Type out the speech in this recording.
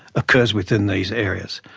occurs within these areas.